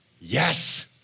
Yes